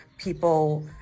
people